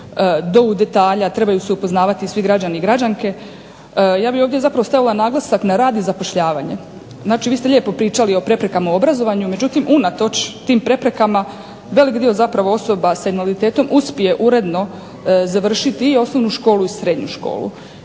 do u detalje, trebaju se upoznavati svi građani i građanke. Ja bih ovdje stavila naglasak na rad i zapošljavanje. Znači vi ste lijepo pričali o preprekama u obrazovanju, međutim unatoč tim preprekama velik dio zapravo osoba s invaliditetom uspije uredno završiti osnovnu školu i srednju školu